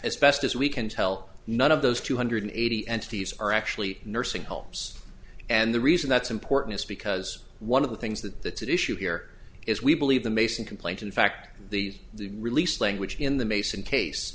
as best as we can tell none of those two hundred eighty entities are actually nursing homes and the reason that's important is because one of the things that that's at issue here is we believe the mason complaint in fact the the release language in the mason case